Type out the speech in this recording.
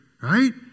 Right